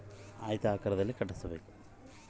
ಗೋದಾಮನ್ನು ಯಾವ ರೇತಿ ಕಟ್ಟಿಸಬೇಕು?